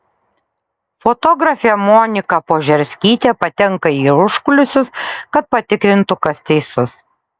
fotografė monika požerskytė patenka į užkulisius kad patikrintų kas teisus